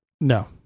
No